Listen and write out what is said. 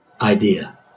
idea